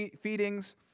feedings